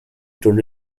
turned